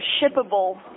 shippable